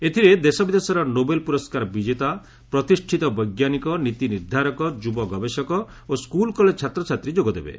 ଏଥିରେ ଦେଶବିଦେଶର ନୋବେଲ୍ ପୁରସ୍କାର ବିଜେତା ପ୍ରତିଷ୍ଠିତ ବୈଜ୍ଞାନିକ ନୀତି ନିର୍ଦ୍ଧାରକ ଯୁବ ଗବେଷକ ଓ ସ୍କୁଲ୍ କଲେଜ ଛାତ୍ରଛାତ୍ରୀ ଯୋଗଦେବେ